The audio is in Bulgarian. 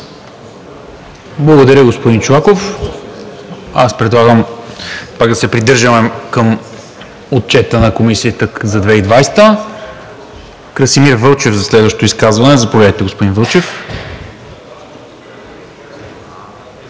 Благодаря, господин Чолаков. Предлагам да се придържаме към Отчета на Комисията за 2020 г. Красимир Вълчев – за следващо изказване. Заповядайте, господин Вълчев.